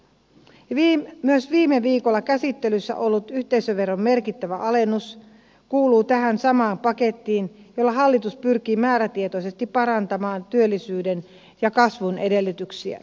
myös viime viikolla käsittelyssä ollut yhteisöveron merkittävä alennus kuuluu tähän samaan pakettiin jolla hallitus pyrkii määrätietoisesti parantamaan työllisyyden ja kasvun edellytyksiä